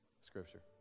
scripture